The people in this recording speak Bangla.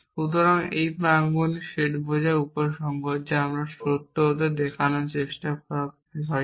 সুতরাং এই প্রাঙ্গনে সেট বোঝায় উপসংহার আমরা সত্য হতে দেখানোর চেষ্টা করা হয় কি